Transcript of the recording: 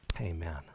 amen